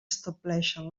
estableixen